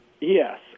Yes